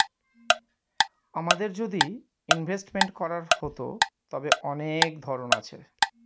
আমাদের যদি ইনভেস্টমেন্ট করার হতো, তবে অনেক ধরন আছে